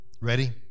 ready